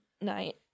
night